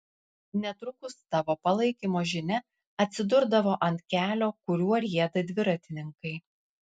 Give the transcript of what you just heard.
netrukus tavo palaikymo žinia atsidurdavo ant kelio kuriuo rieda dviratininkai